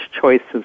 choices